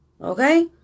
Okay